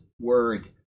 word